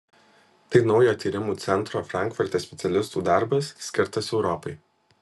tai naujojo tyrimų centro frankfurte specialistų darbas skirtas europai